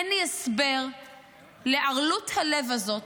אין לי הסבר לערלות הלב הזאת,